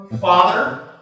father